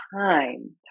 time